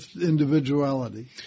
individuality